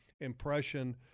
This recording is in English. impression